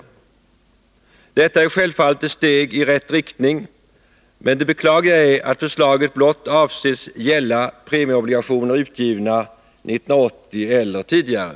realisationsförlus Detta är självfallet ett steg i rätt riktning, men det beklagliga är att förslaget ter på premieobblott avses gälla premieobligationer utgivna 1980 eller tidigare.